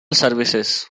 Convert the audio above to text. services